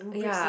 ya